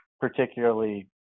particularly